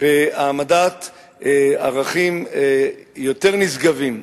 בהעמדת ערכים יותר נשגבים,